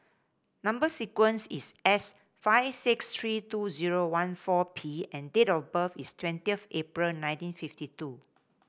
number sequence is S five six three two zero one four P and date of birth is thirty of April nineteen fifty two